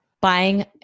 Buying